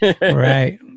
Right